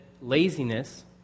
laziness